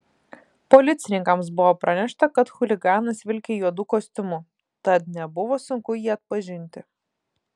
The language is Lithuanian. policininkams buvo pranešta kad chuliganas vilki juodu kostiumu tad nebuvo sunku jį atpažinti